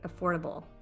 affordable